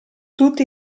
tutti